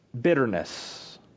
bitterness